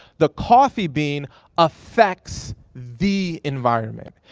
the coffee bean affects the environment.